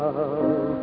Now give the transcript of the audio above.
love